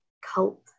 cult